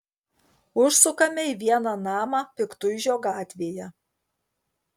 užsukame į vieną namą piktuižio gatvėje